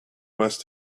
must